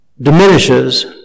diminishes